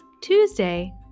Tuesday